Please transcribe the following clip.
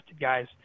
guys